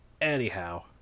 Anyhow